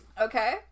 Okay